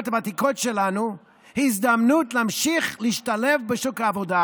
הוותיקות שלנו הזדמנות להמשיך להשתלב בשוק העבודה,